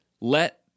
Let